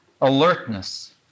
alertness